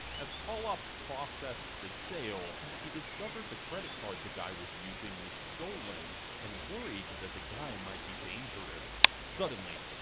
as tolop processed the sale, he discovered the credit card the guy was using was stolen and worried that the guy might be dangerous. suddenly,